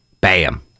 bam